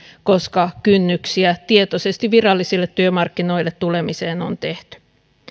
koska kynnyksiä tietoisesti virallisille työmarkkinoille tulemiseen on tehty